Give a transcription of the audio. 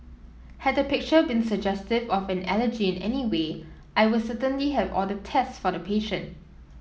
had the picture been suggestive of an allergy in any way I will certainly have ordered test for the patient